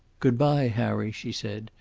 good-bye, harry, she said,